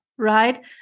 Right